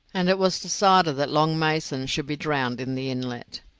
and it was decided that long mason should be drowned in the inlet.